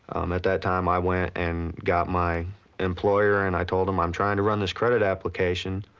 at that time, i went and got my employer, and i told them, i'm trying to run this credit application.